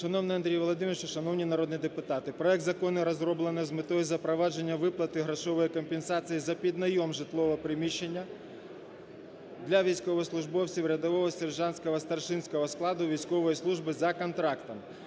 Шановний Андрій Володимирович, шановні народні депутати, проект закону розроблений з метою запровадження виплати грошової компенсації за піднайом житлового приміщення для військовослужбовців рядового, сержантського, старшинського складу військової служби за контрактом.